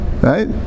Right